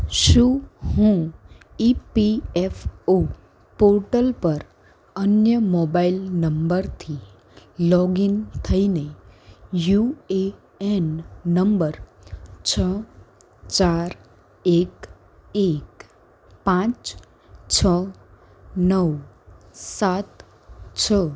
શુ હું E P F O portal પર અન્ય મોબાઇલ નંબરથી લોગિન થઈને યુ એ એન નંબર છ ચાર એક એક પાંચ છ નવ સાત છ